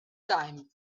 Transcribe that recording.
time